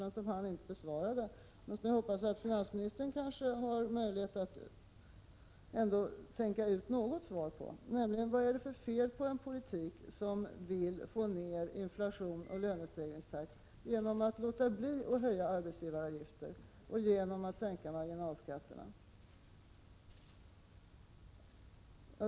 Han besvarade den inte, men jag hoppas att finansministern har möjlighet att ändå tänka ut något svar på frågan: Vad är det för fel på en politik som vill få ner inflation och lönestegringstakt genom att man låter bli att höja arbetsgivaravgifter och genom att man sänker marginalskatterna?